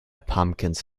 pumpkins